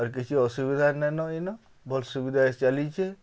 ଆର୍ କିଛି ଅସୁବିଧା ନାଇଁ ନ ଇନ ଭଲ୍ ସୁବିଧା ଚାଲିଚେ